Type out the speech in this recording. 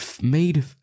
made